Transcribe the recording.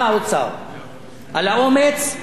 על האומץ, וגם את ראש הממשלה,